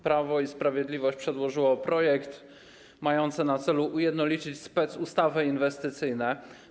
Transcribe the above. Prawo i Sprawiedliwość przedłożyło projekt ustawy mający na celu ujednolicenie specustaw inwestycyjnych.